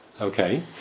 Okay